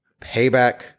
Payback